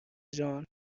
جان